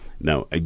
Now